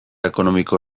ekonomiko